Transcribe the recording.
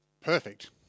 Perfect